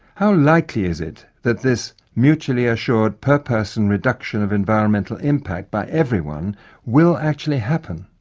how likely is it that this mutually-assured per-person reduction of environmental impact by everyone will actually happen,